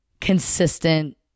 consistent